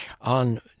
on